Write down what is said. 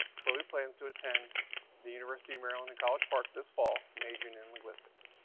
chloe plans to attend the university of maryland in college park this fall, majoring in linguistics.